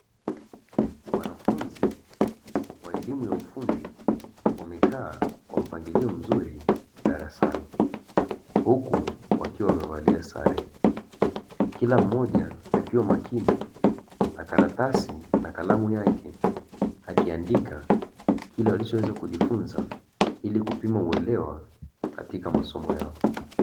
Wanafunzi wa elimu ya ufundi wamekaa kwa mpangilio mzuri darasani huku wakiwa wamevalia sare, kila mmoja akiwa makini na karatasi na kalamu yake akiandika kile walichoweza kujifunza ili kupimwa uelewa katika masomo yao.